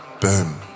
boom